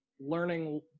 learning